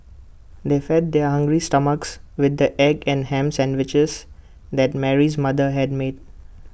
they fed their hungry stomachs with the egg and Ham Sandwiches that Mary's mother had made